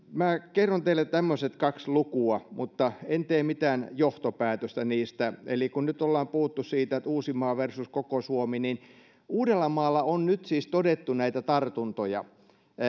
kerron teille tämmöiset kaksi lukua mutta en tee mitään johtopäätöstä niistä eli kun nyt ollaan puhuttu uudestamaasta versus koko suomi niin uudellamaalla on nyt siis todettu näitä tartuntoja